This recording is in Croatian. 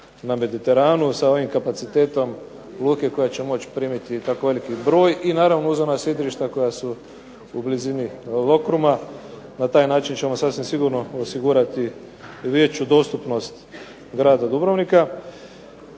na Mediteranu sa ovim kapacitetom luke koja će moći primiti tako veliki broj i naravno uz ona sidrišta koja su u blizini Lokruma. Na taj način ćemo sasvim sigurno osigurati veću dostupnost grada Dubrovnika.